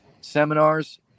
seminars